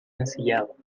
ensillado